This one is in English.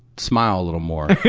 smile a little more.